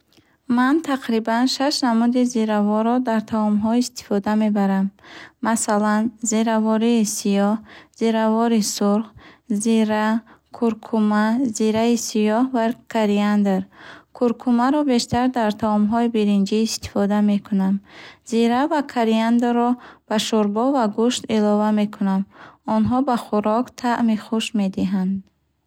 Ман тақрибан шаш намуди зираворро дар таомҳо истифода мебарам. Масалан, зиравории сиёҳ, зиравори сурх, зира, куркума, зираи сиёҳ ва кориандр. Куркумаро бештар дар таомҳои биринҷӣ истифода мекунам. Зира ва кориандрро ба шӯрбо ва гӯшт илова мекунам. Онҳо ба хӯрок таъми хуш медиҳанд.